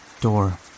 door